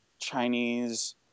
Chinese